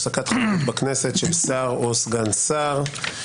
הפסקת חברות בכנסת של שר או סגן שר).